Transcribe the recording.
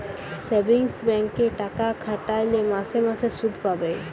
savings ব্যাংকে টাকা খাটাইলে মাসে মাসে সুদ পাবে